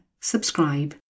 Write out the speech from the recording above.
subscribe